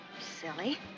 silly